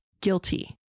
guilty